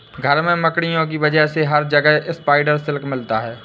घर में मकड़ियों की वजह से हर जगह स्पाइडर सिल्क मिलता है